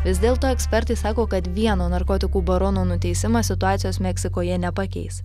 vis dėlto ekspertai sako kad vieno narkotikų barono nuteisimas situacijos meksikoje nepakeis